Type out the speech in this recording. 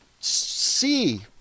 see